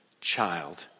child